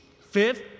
fifth